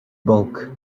bulk